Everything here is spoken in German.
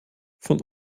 von